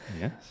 Yes